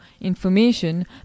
information